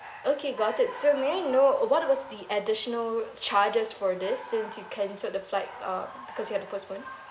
okay got it so may I know what was the additional charges for this since you can't took the flight uh because you have to postpone.